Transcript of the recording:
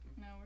No